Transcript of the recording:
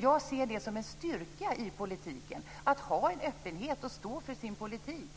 Jag ser det som en styrka i politiken att ha en öppenhet och att stå för sin politik.